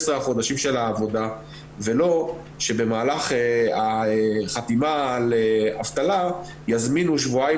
החודשים של העבודה ולא שבמהלך החתימה על אבטלה יזמינו שבועיים